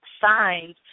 signs